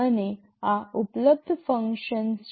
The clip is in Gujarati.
અને આ ઉપલબ્ધ ફંક્શન્સ છે